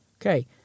Okay